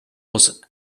was